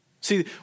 See